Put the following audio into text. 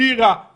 אירה,